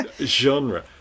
genre